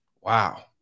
Wow